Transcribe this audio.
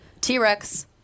T-Rex